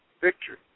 Victory